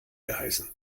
geheißen